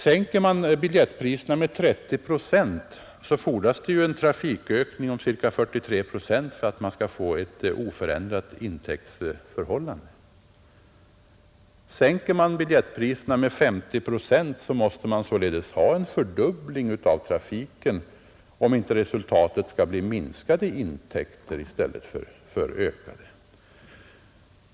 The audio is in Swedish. Sänker man biljettpriserna med 30 procent fordras en trafikökning av ca 43 procent för att intäktsförhållandet skall bli oförändrat. Sänker man biljettpriserna med 50 procent måste man ha en fördubbling av trafiken om inte resultatet skall bli minskade intäkter i stället för ökade.